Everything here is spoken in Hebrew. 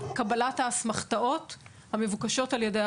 קבלת האסמכתאות המבוקשות על ידי הבנק.